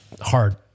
hard